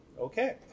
Okay